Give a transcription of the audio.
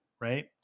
right